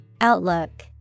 Outlook